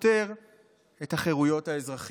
הסותר את החירויות האזרחיות".